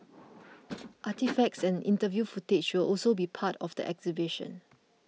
artefacts and interview footage will also be part of the exhibition